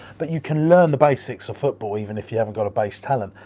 but you can learn the basics of football, even if you haven't got a base talent.